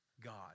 God